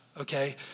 okay